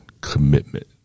commitment